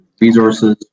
resources